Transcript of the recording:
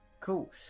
Cool